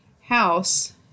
house